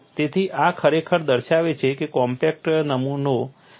તેથી આ ખરેખર દર્શાવે છે કે કોમ્પેક્ટ નમૂનો ખરેખર કોમ્પેક્ટ છે